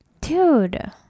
Dude